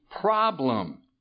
problem